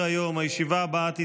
33),